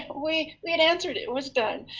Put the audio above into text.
we we had answered it. it was done.